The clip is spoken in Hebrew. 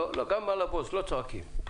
גם על הבוס לא צועקים.